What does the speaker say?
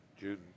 June